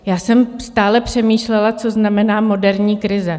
Já jsem stále přemýšlela, co znamená moderní krize.